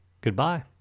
Goodbye